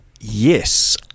yes